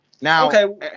Now